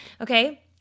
okay